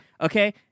Okay